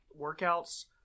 workouts